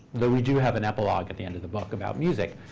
though we do have an epilogue at the end of the book about music.